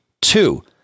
two